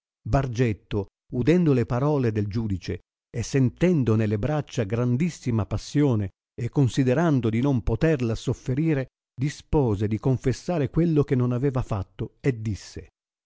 bargetto udendo le parole del giudice e sentendo nelle braccia grandissima passione e considerando di non poterla sofferire dispose di confessare quello che non aveva fatto e disse